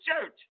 Church